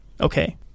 okay